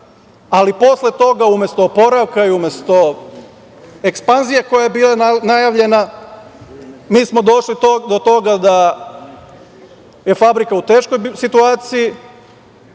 ali posle toga, umesto oporavka i umesto ekspanzije koja je bila najavljena, mi smo došli do toga da je fabrika u teškoj situaciji,